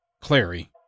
Clary